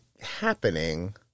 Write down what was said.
happening